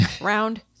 round